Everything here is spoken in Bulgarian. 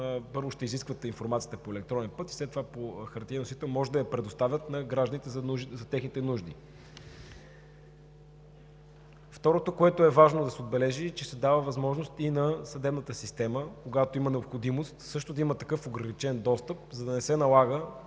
Първо ще изискват информацията по електронен път, след това може да я предоставят на гражданите на хартиен носител за техните нужди. Второто, което е важно да се отбележи, е, че се дава възможност и на съдебната система – когато има необходимост, също да има такъв ограничен достъп, за да не се налага